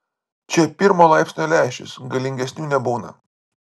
čia pirmo laipsnio lęšis galingesnių nebūna